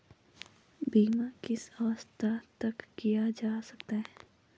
बीमा किस अवस्था तक किया जा सकता है?